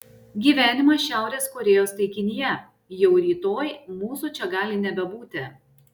gyvenimas šiaurės korėjos taikinyje jau rytoj mūsų čia gali nebebūti